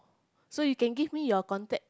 so you can give me your contact